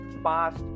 past